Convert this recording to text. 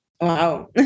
Wow